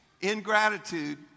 Ingratitude